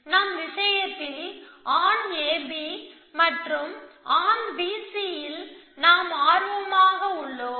நம் விஷயத்தில் ஆன் A B மற்றும் ஆன் B C இல் நாம் ஆர்வமாக உள்ளோம்